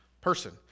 person